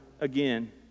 again